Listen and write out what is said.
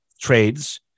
trades